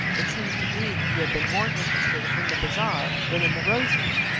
it seems to me that you have been more interested in the bazaar than in the rosas,